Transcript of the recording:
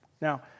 Now